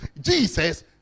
Jesus